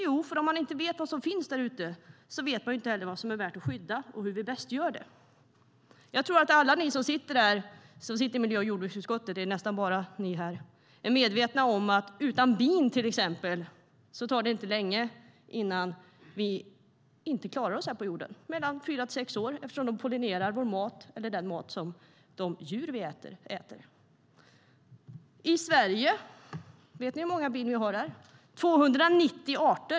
Jo, om man inte vet vad som finns där ute vet man inte heller vad som är värt att skydda och hur vi bäst gör det. Vet ni hur många arter av bin vi har här i Sverige? Det är 290 arter.